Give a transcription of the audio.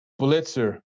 blitzer